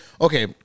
okay